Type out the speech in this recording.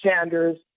Sanders